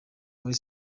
muri